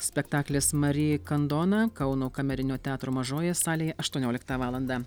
spektaklis mari kandona kauno kamerinio teatro mažojoje salėje aštuonioliktą valandą